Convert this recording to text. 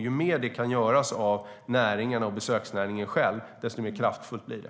Ju mer det kan göras av besöksnäringen själv, desto mer kraftfullt blir det.